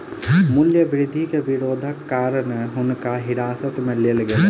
मूल्य वृद्धि के विरोधक कारण हुनका हिरासत में लेल गेलैन